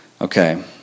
Okay